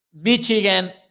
Michigan